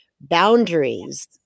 boundaries